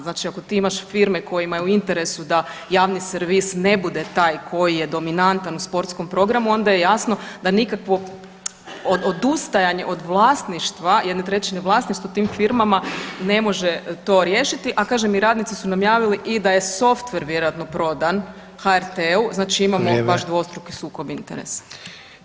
Znači ako ti imaš firme kojima je u interesu da javni servis ne bude taj koji je dominantan u sportskom programu, onda je jasno da nikakvo odustajanje od vlasništva, jedne trećine vlasništva i tim firmama ne može to riješiti, a kažem i radnici su nam javili i da je softver vjerojatno prodan, HRT-u, znači imamo baš dvostruki sukob interesa.